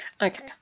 Okay